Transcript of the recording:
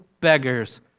beggars